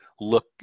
look